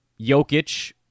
Jokic